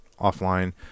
offline